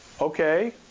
Okay